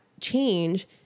change